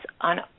on